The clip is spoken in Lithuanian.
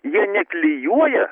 jie neklijuoja